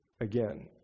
again